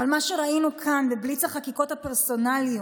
אבל מה שראינו כאן בבליץ החקיקות הפרסונליות